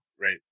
right